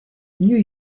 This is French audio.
new